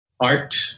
Art